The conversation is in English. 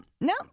no